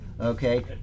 okay